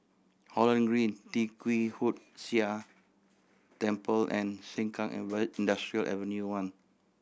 Holland Green Tee Kwee Hood Sia Temple and Sengkang Industrial Avenue one